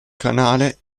canale